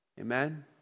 amen